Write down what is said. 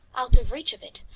out of reach of it,